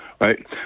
right